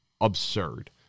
absurd